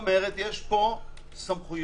כלומר יש פה סמכויות